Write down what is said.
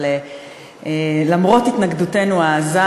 אבל למרות התנגדותנו העזה,